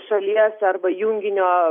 šalies arba junginio